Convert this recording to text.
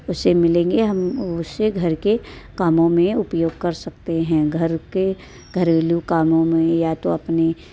उसे मिलेंगे हम उसे घर के कामों में उपयोग कर सकते हैं घर के घरेलू कामों में या तो अपने